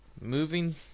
moving